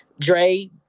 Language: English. Dre